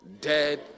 dead